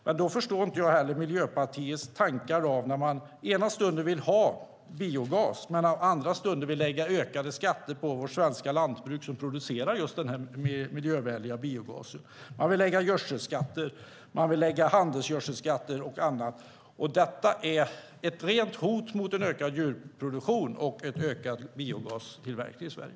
Men då förstår jag inte Miljöpartiets tankar när man ena stunden vill ha biogas men andra stunden vill lägga ökade skatter på vårt svenska lantbruk, som producerar just den miljövänliga biogasen. Man vill lägga på gödselskatter, handelsgödselskatter och annat. Detta är ett rent hot mot en ökad djurproduktion och en ökad biogastillverkning i Sverige.